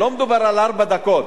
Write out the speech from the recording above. לא מדובר על ארבע דקות,